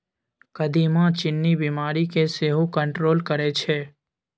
कदीमा चीन्नी बीमारी केँ सेहो कंट्रोल करय छै